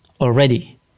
already